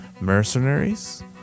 Mercenaries